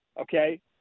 Okay